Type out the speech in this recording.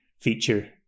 feature